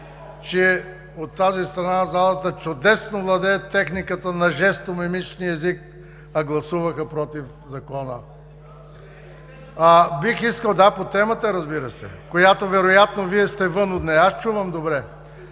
че от тази страна на залата чудесно владеят техниката на жестомимичния език, а гласуваха против Закона. Бих искал… (Реплики.) Да, по темата, разбира се, по която вероятно Вие сте вън от нея. Аз чувам добре.